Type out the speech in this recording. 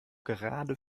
gerade